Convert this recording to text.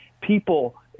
people